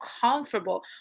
comfortable